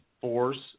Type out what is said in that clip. force